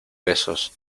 besos